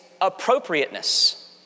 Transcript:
appropriateness